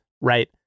right